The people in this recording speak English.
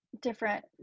different